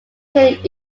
killing